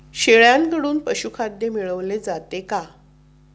शेळ्यांकडून पशुखाद्य मिळवले जाते का?